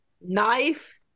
Knife